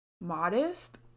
modest